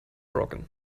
broken